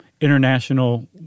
international